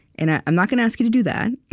and ah i'm not gonna ask you to do that.